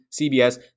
CBS